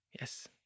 Yes